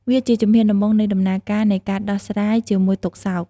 វាជាជំហានដំបូងនៃដំណើរការនៃការដោះស្រាយជាមួយទុក្ខសោក។